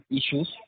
issues